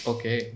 Okay